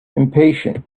impatient